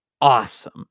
awesome